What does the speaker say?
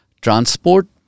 Transport